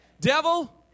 Devil